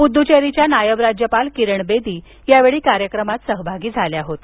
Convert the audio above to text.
पुद्दुचेरीच्या नायब राज्यपाल किरण बेदी यावेळी कार्यक्रमात सहभागी झाल्या होत्या